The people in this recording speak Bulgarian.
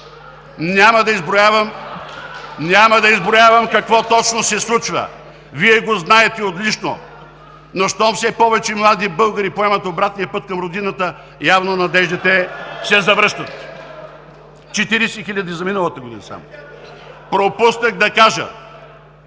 Няма да изброявам какво точно се случва, Вие го знаете отлично. Но щом все повече млади българи поемат обратния път към родината, явно надеждите се завръщат – четиридесет хиляди за миналата година само! (Шум